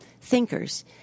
thinkers